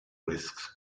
risks